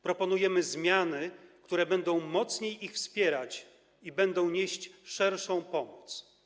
Proponujemy zmiany, które będą mocniej ich wspierać i będą nieść szerszą pomoc.